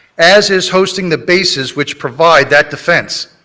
as is hosting the bases which provide that defense.